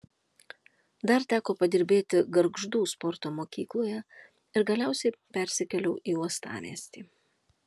dar teko padirbėti gargždų sporto mokykloje ir galiausiai persikėliau į uostamiestį